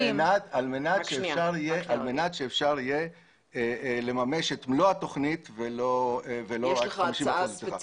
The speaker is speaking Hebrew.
-- כדי שאפשר יהיה לממש את מלוא התוכנית ולא רק 50% ממנה.